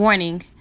Warning